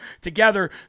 Together